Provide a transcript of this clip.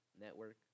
network